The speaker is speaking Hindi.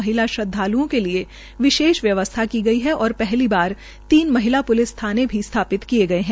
महिला श्रद्वालूओं के लिये विशेष व्यवसथा की गई है और पहली बार तीन महिला थाने भी स्थापित किये गए है